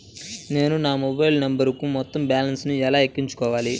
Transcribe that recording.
నేను నా మొబైల్ నంబరుకు మొత్తం బాలన్స్ ను ఎలా ఎక్కించుకోవాలి?